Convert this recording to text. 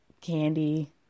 candy